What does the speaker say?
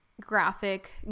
graphic